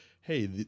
hey